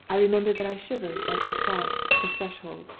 i remember that i shivered as i crossed the threshold.